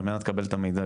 על מנת לקבל את המידע,